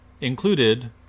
included